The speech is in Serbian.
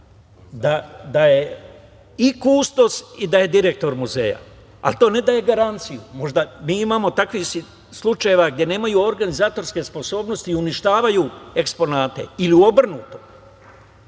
da je i kustos i direktor muzeja, ali to ne daje garanciju. Mi imamo takvih slučajeva gde nemaju organizatorske sposobnosti, uništavaju eksponate i obrnuto,